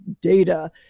data